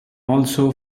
also